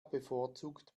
bevorzugt